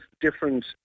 different